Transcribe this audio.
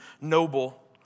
noble